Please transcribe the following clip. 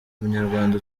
umunyarwanda